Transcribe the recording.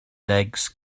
legs